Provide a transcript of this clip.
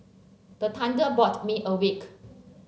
the thunder me awake